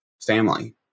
family